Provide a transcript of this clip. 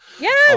Yes